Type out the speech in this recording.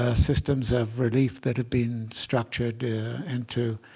ah systems of relief that have been structured into